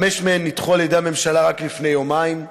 חמש מהן נדחו על-ידי הממשלה רק לפני יומיים.